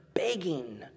begging